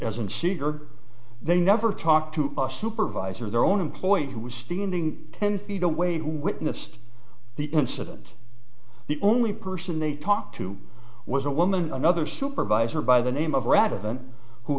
as an seger they never talked to our supervisor their own employee who was standing ten feet away who witnessed the incident the only person they talked to was a woman another supervisor by the name of rather than who